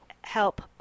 help